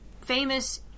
famous